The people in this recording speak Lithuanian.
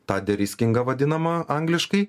tą deriskingą vadinamą angliškai